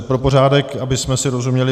Pro pořádek, abychom si rozuměli.